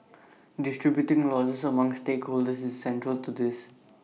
distributing losses among stakeholders is central to this